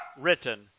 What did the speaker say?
written